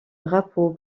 drapeaux